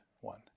one